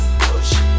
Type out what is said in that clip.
Push